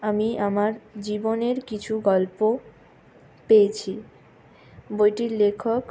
আমি আমার জীবনের কিছু গল্প পেয়েছি বইটির লেখক